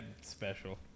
special